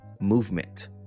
movement